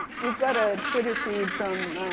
we've got a twitter feed from